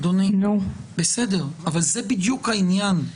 אדוני, זה בדיוק העניין.